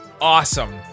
awesome